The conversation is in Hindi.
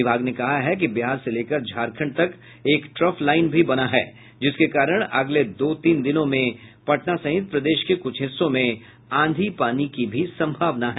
विभाग ने कहा है कि बिहार से लेकर झारखंड तक एक ट्रफ लाइन भी बना है जिसके कारण अगले दो तीन दिनों में पटना सहित प्रदेश के कुछ हिस्सों में आंधी पानी की भी संभावना है